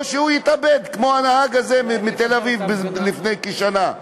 או שהוא יתאבד, כמו הנהג הזה מתל-אביב לפני כשנה?